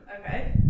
Okay